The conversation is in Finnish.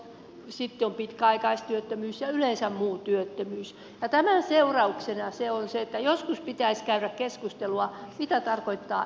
on nuoriso sitten on pitkäaikaistyöttömyys ja yleensä muu työttömyys ja tämän seurauksena on se että joskus pitäisi käydä keskustelua mitä tarkoittaa ennaltaehkäisy